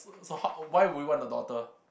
so h~ why would you want a daughter